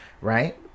right